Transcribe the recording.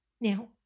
Now